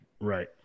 Right